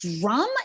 drum